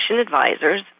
Advisors